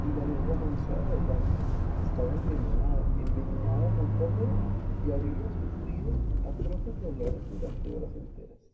y la lengua manchada de blanco estaba envenenada envenenada con fósforos y había sufrido atroces dolores durante horas enteras